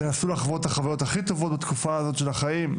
תנסו לחוות את החוויות הכי טובות בתקופה הזאת של החיים,